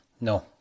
No